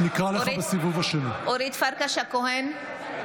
(קוראת בשמות חברי הכנסת) אורית פרקש הכהן,